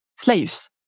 Slaves